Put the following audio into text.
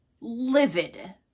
livid